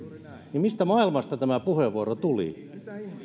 joten mistä maailmasta tämä puheenvuoro tuli